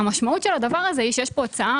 המשמעות של הדבר הזה היא שיש כאן הוצאה